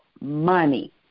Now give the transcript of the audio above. money